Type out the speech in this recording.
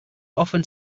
often